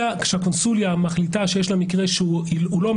כאשר הקונסוליה מחליטה שיש לה מקרה שלא עומד